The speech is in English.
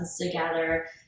together